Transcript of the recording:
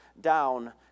down